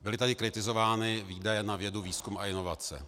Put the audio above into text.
Byly tady kritizovány výdaje na vědu, výzkum a inovace.